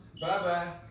Bye-bye